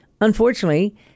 unfortunately